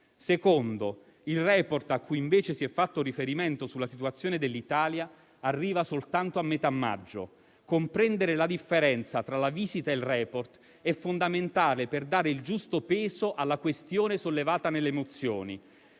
Secondo: il *report* a cui invece si è fatto riferimento sulla situazione dell'Italia arriva soltanto a metà maggio. Comprendere la differenza tra la visita e il *report* è fondamentale per dare il giusto peso alla questione sollevata nelle mozioni.